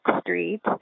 Street